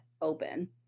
open